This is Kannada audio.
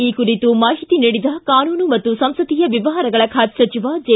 ಈ ಕುರಿತು ಮಾಹಿತಿ ನೀಡಿದ ಕಾನೂನು ಮತ್ತು ಸಂಸದೀಯ ವ್ಯವಹಾರಗಳ ಖಾತೆ ಸಚಿವ ಜೆ